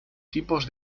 tipos